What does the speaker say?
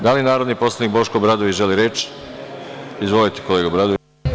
Da li narodni poslanik Boško Obradović želi reč? (Da) Izvolite, kolega Obradoviću.